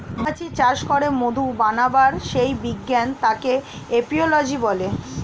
মৌমাছি চাষ করে মধু বানাবার যেই বিজ্ঞান তাকে এপিওলোজি বলে